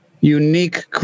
unique